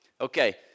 Okay